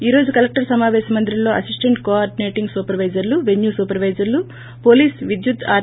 ఈ రోజు కలెక్టర్ సమాపేశ మందిరంలో అసిస్పెంట్ కో ఆర్గినేటింగ్ సూపర్ వైజర్లు వెన్యు సూపర్ వైజర్లు వోలీస్ విద్యుత్ ఆర్